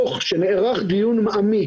אני אאפשר זכות דיבור גם לכאלה שלא נרשמו מראש.